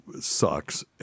sucks